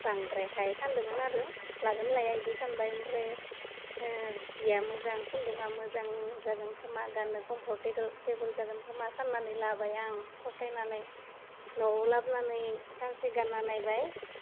बांद्रायखाइ सानदोंमोन आरो लागोन लाया बिदि सानबाय ओमफ्राय जिया मोजां खुन्दुङा मोजां जागोन खोमा गाननो कम्फरटेबोल जागोन खोमा साननानै लाबाय आं फसायनानै न'वाव लाबोनानै सानसे गानना नायबाय